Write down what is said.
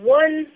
one